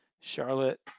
Charlotte